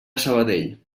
sabadell